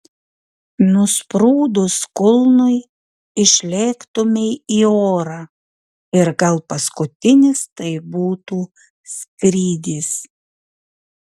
nusprūdus kulnui išlėktumei į orą ir gal paskutinis tai būtų skrydis